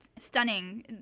stunning